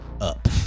up